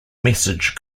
message